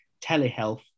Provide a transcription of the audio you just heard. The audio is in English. telehealth